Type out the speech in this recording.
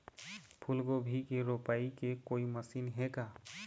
फूलगोभी के रोपाई के कोई मशीन हे का?